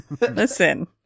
listen